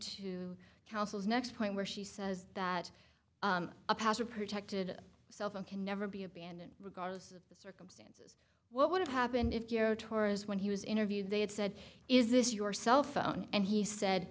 to counsel's next point where she says that a password protected cellphone can never be abandoned regardless of the source what would have happened if you know tourist when he was interviewed they had said is this your cell phone and he said